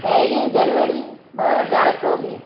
पहिरीं जनवरी ॿ हज़ार चोवीह